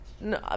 No